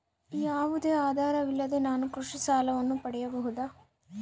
ಯಾವುದೇ ಆಧಾರವಿಲ್ಲದೆ ನಾನು ಕೃಷಿ ಸಾಲವನ್ನು ಪಡೆಯಬಹುದಾ?